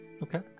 Okay